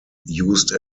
used